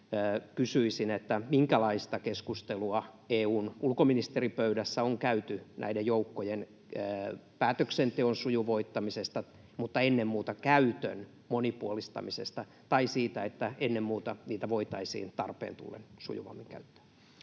kysyisin: minkälaista keskustelua EU:n ulkoministeripöydässä on käyty näiden joukkojen päätöksenteon sujuvoittamisesta ja ennen muuta käytön monipuolistamisesta tai siitä, että ennen muuta niitä voitaisiin tarpeen tullen sujuvammin käyttää?